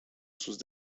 sus